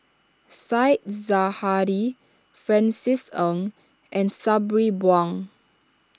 Said Zahari Francis Ng and Sabri Buang